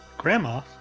grammar